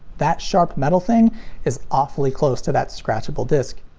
that sharp metal thing is awfully close to that scratchable disc.